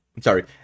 Sorry